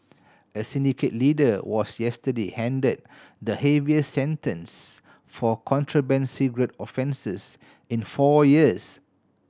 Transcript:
a syndicate leader was yesterday handed the heaviest sentence for contraband cigarette offences in four years